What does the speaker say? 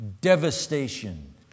devastation